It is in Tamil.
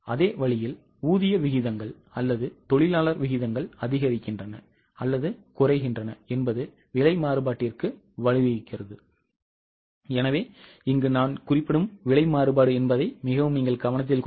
அதே வழியில் ஊதிய விகிதங்கள் அல்லது தொழிலாளர் விகிதங்கள் அதிகரிக்கின்றன அல்லது குறைகின்றன என்பது விலை மாறுபாட்டிற்கு வழிவகுக்கிறது